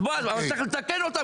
אז בוא, צריך לתקן אותן.